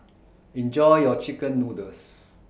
Enjoy your Chicken Noodles